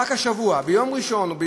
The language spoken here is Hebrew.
רק השבוע, ביום ראשון או בשבת,